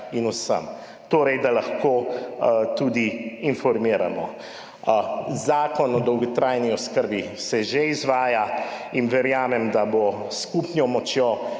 in vsem, torej da lahko tudi informiramo. Zakon o dolgotrajni oskrbi se že izvaja in verjamem, da bo s skupno močjo